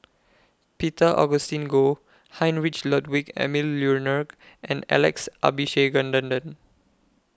Peter Augustine Goh Heinrich Ludwig Emil and Alex Abisheganaden